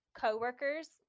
coworkers